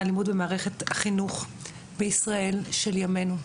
הלימוד במערכת החינוך בישראל של ימינו.